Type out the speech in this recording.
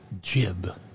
jib